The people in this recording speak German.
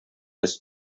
bis